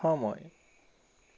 সময়